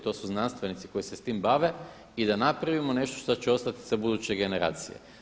To su znanstvenici koji se s tim bave i da napravimo nešto što će ostati za buduće generacije.